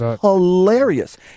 hilarious